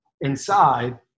inside